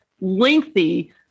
lengthy